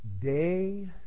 day